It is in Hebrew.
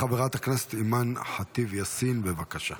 חברת הכנסת אימאן ח'טיב יאסין, בבקשה.